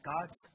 God's